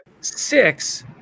six